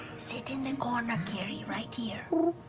sit in the corner, kiri, right here.